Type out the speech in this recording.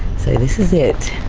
so this is it.